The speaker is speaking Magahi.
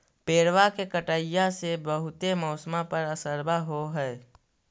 पेड़बा के कटईया से से बहुते मौसमा पर असरबा हो है?